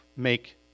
make